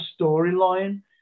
storyline